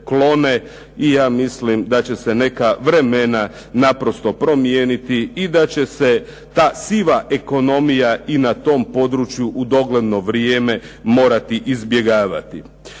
i ja mislim da će se neka vremena naprosto promijeniti i da će se ta siva ekonomija i na tom području u dogledno vrijeme morati izbjegavati.